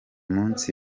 munsi